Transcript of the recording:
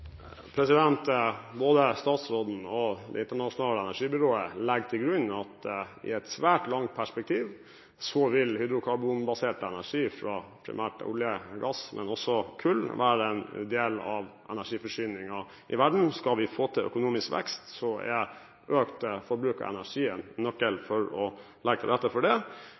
Både statsråden og Det internasjonale energibyrået legger til grunn at i et svært langt perspektiv vil hydrokarbonbasert energi fra primært olje og gass, men også kull, være en del av energiforsyningen i verden. Skal vi få til økonomisk vekst, er økt forbruk av energien nøkkelen til å legge til rette for det.